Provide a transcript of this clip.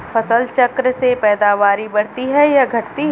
फसल चक्र से पैदावारी बढ़ती है या घटती है?